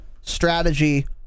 strategy